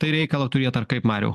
tai reikalą turėt ar kaip mariau